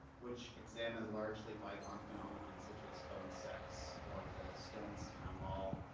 which examine largely bygone phenomenon such as phone sex, or the stonestown mall,